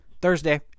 Thursday